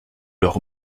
leur